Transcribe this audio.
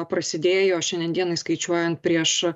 prasidėjo šiandien dienai skaičiuojant prieš